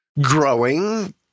growing